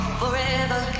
forever